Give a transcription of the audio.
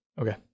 Okay